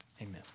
Amen